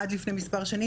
עד לפני מספר שנים,